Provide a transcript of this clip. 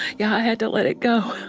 yeah, i had to let it go